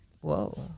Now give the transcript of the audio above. Whoa